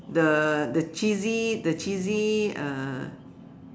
the the cheesy the cheesy uh